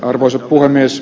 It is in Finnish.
arvoisa puhemies